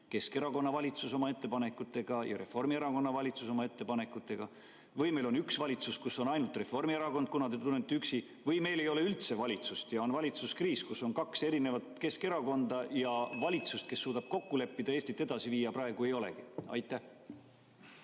Keskerakonna valitsus oma ettepanekutega ja Reformierakonna valitsus oma ettepanekutega? Või on meil üks valitsus, kus on ainult Reformierakond, kuna te tunnete end üksi? Või ei ole meil üldse valitsust ja on valitsuskriis, milles on kaks erakonda, aga valitsust, kes suudaks kokku leppida, kuidas Eestit edasi viia, praegu ei olegi? Aitäh!